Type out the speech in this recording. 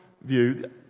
view